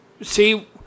see